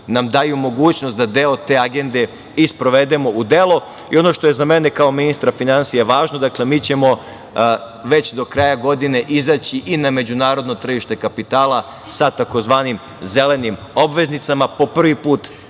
nam daju mogućnost da deo te agende i sprovedemo u delo. Ono što je za mene kao ministra finansija važno, mi ćemo već do kraja godine izaći i na međunarodno tržište kapitala sa tzv. zelenim obveznicama. Po prvi put